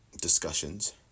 discussions